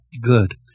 Good